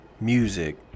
music